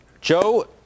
Joe